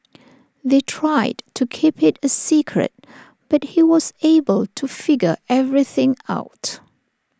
they tried to keep IT A secret but he was able to figure everything out